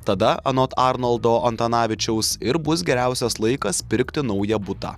tada anot arnoldo antanavičiaus ir bus geriausias laikas pirkti naują butą